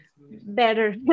better